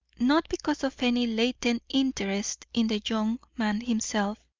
not because of any latent interest in the young man himself,